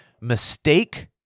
mistake